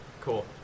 cool